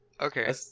Okay